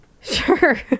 Sure